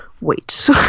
wait